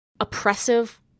oppressive